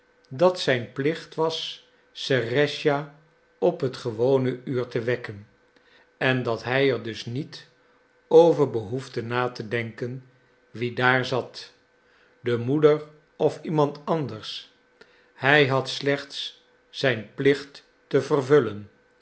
dat het zijn plicht was serëscha op het gewone uur te wekken en dat hij er dus niet over behoefde na te denken wie daar zat de moeder of iemand anders hij had slechts zijn plicht te vervullen